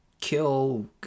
kill